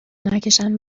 نکشن